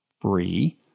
free